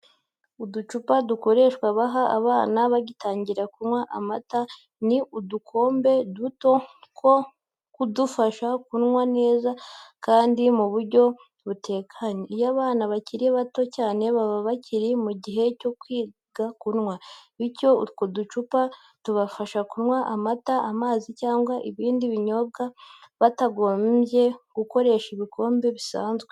Uducupa dukoreshwa baha abana bagitangira kunywa amata ni udukombe duto two kubafasha kunywa neza kandi mu buryo butekanye. Iyo abana bakiri bato cyane baba bakiri mu gihe cyo kwiga kunywa, bityo utwo uducupa tubafasha kunywa amata, amazi cyangwa ibindi binyobwa batagombye gukoresha ibikombe bisanzwe.